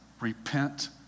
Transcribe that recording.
repent